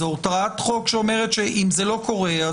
זאת הוראת חוק שאומרת שאם זה לא קורה,